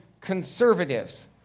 conservatives